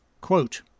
Quote